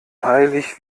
heilig